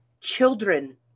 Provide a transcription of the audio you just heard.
children